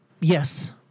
Yes